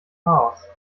chaos